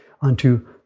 Unto